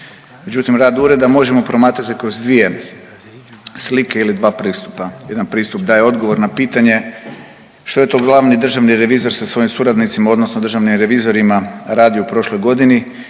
Međutim, rad ureda možemo promatrati kroz dvije slike ili dva pristupa. Jedan pristup daje odgovor na pitanje što je to glavni državni revizor sa svojim suradnicima odnosno državnim revizorima radio u prošloj godini